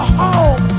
home